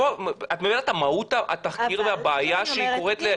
את מבינה את מהות התחקיר והבעיה שקורית --- אבל אם